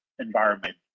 environment